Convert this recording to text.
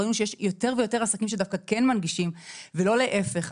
ראינו שיש יותר ויותר עסקים שדווקא כן מנגישים ולא להפך.